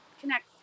Connect